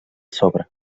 sobre